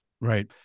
Right